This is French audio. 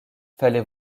fallait